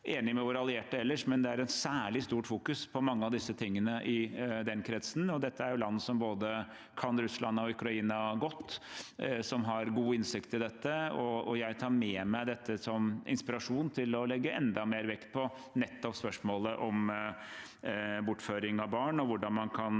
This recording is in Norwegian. enige med våre allierte ellers, men det fokuseres særlig på mye av dette i den kretsen, og dette er land som kan både Russland og Ukraina godt, som har god innsikt i dette. Jeg tar med meg dette som inspirasjon til å legge enda mer vekt på nettopp spørsmålet om bortføring av barn og hvordan man kan